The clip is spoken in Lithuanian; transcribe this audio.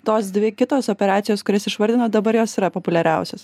tos dvi kitos operacijos kurias išvardinot dabar jos yra populiariausios